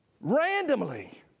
Randomly